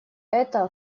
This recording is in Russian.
это